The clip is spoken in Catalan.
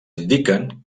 indiquen